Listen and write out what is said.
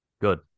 Good